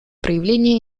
проявления